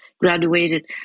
graduated